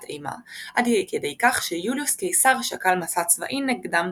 אימה עד כדי כך שיוליוס קיסר שקל מסע צבאי נגדם,